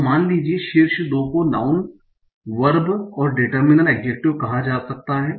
तो मान लीजिए शीर्ष दो को नाऊँन वर्ब और डिटरमिनर एड्जेक्टिव कहा जा सकता है